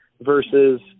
versus